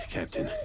Captain